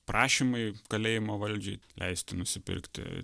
prašymai kalėjimo valdžiai leisti nusipirkti